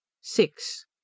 six